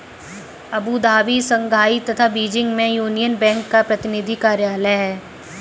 Abu Dhabi, Shanghai तथा Beijing में यूनियन बैंक का प्रतिनिधि कार्यालय है?